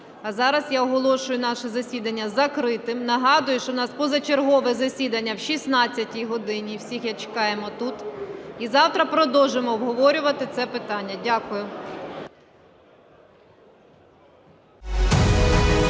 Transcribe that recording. А зараз я оголошую наше засідання закритим. Нагадую, що у нас позачергове засідання о 16 годині, всіх чекаємо тут. І завтра продовжимо обговорювати це питання. Дякую.